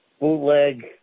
bootleg